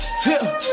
tip